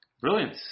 Brilliant